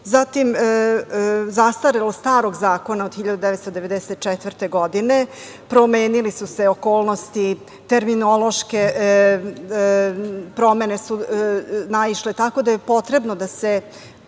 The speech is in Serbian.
zatim, zastarelost starog zakona od 1994. godine. Promenile su se okolnosti i terminološke promene su naišle, tako da je potrebno da se